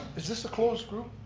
is this a closed group?